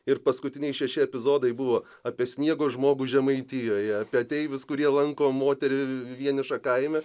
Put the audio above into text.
ir paskutiniai šeši epizodai buvo apie sniego žmogų žemaitijoje apie ateivius kurie lanko moterį vienišą kaime